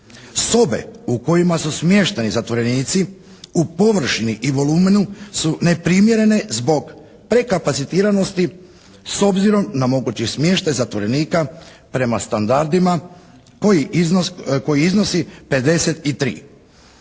Sobe u kojima su smješteni zatvorenici u površini i volumenu su neprimjerene zbog prekapacitiranosti s obzirom na mogući smještaj zatvorenika prema standardima koji iznosi 53.